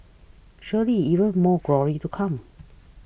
surely even more glory to come